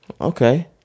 okay